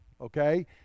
okay